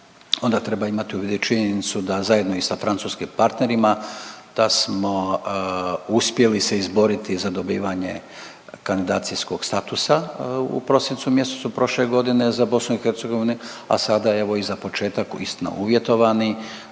onda treba imati u vidu i činjenicu da zajedno i sa francuskim partnerima da smo uspjeli se izboriti za dobivanje kandidacijskog statusa u prosincu mjesecu prošle godine za BIH, a sada evo i za početak, istina uvjetovani,